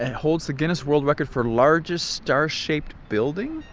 and holds the guinness world record for largest star-shaped building?